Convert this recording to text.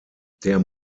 der